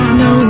no